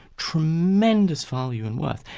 tremendous value and worth,